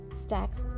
stacks